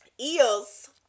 Eels